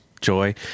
joy